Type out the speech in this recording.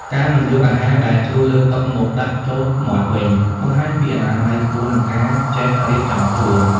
ការមិនយកអាហារដែលជ្រុះលើតុមកដាក់ចូលមាត់វិញ បង្ហាញពីអនាម័យខ្ពស់ និងការចេះរៀបចំខ្លួន។